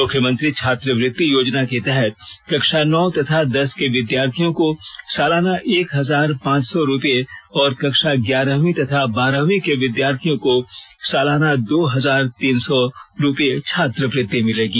मुख्यमंत्री छात्रवृति योजना के तहत कक्षा नौ तथा दस के विद्यार्थियों को सालाना एक हजार पांच सौ रुपए और कक्षा ग्यारवीं तथा बारहवीं के विद्यार्थियों को सालाना दो हजार तीन सौ रुपए छात्रवृति मिलेगी